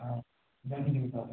ಹಾಂ